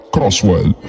Crosswell